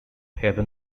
heaven